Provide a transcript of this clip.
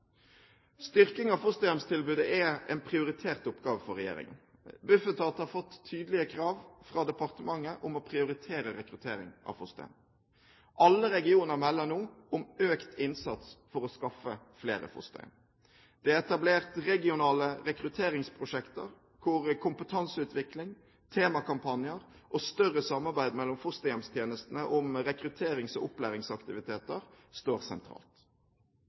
Styrking av fosterhjemstilbudet er en prioritert oppgave for regjeringen. Bufetat har fått tydelige krav fra departementet om å prioritere rekruttering av fosterhjem. Alle regioner melder nå om økt innsats for å skaffe flere fosterhjem. Det er etablert regionale rekrutteringsprosjekter, hvor kompetanseutvikling, temakampanjer og større samarbeid mellom fosterhjemstjenestene om rekrutterings- og opplæringsaktiviteter står sentralt.